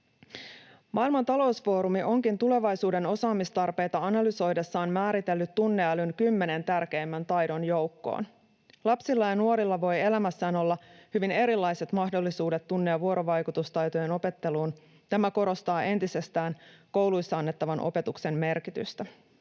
Maailman talousfoorumi onkin tulevaisuuden osaamistarpeita analysoidessaan määritellyt tunneälyn kymmenen tärkeimmän taidon joukkoon. Lapsilla ja nuorilla voi elämässään olla hyvin erilaiset mahdollisuudet tunne‑ ja vuorovaikutustaitojen opetteluun. Tämä korostaa entisestään kouluissa annettavan opetuksen merkitystä.